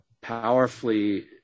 powerfully